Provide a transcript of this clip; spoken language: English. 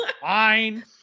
Fine